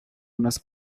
unas